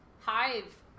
Hive